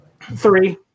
three